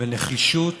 בנחישות